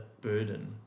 burden